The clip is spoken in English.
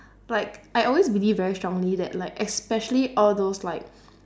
like I always believe very strongly that like especially all those like